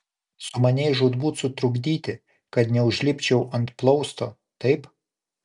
sumanei žūtbūt sutrukdyti kad neužlipčiau ant plausto taip